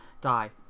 die